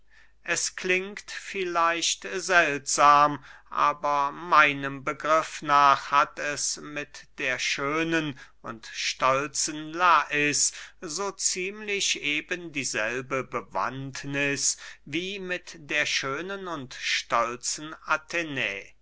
es klingt vielleicht seltsam aber meinem begriff nach hat es mit der schönen und stolzen lais so ziemlich eben dieselbe bewandtniß wie mit der schönen und stolzen athenä